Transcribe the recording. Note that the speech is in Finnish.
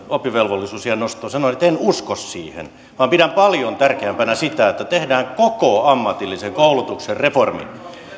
oppivelvollisuusiän nostosta sanoin että en usko siihen vaan pidän paljon tärkeämpänä sitä että tehdään koko ammatillisen koulutuksen reformi